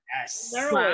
Yes